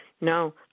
no